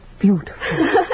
beautiful